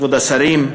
כבוד השרים,